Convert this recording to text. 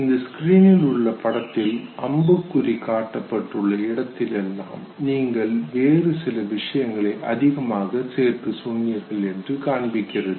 இந்த படத்தில் அம்புக்குறி காட்டப்பட்டுள்ள இடத்தில் எல்லாம் நீங்கள் வேறு சில விஷயங்களை அதிகமாக சேர்த்து சொன்னீர்கள் என்று காண்பிக்கின்றது